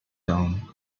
town